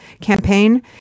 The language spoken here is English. campaign